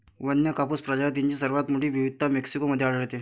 वन्य कापूस प्रजातींची सर्वात मोठी विविधता मेक्सिको मध्ये आढळते